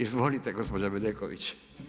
Izvolite gospođo Bedeković.